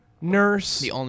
Nurse